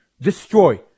destroy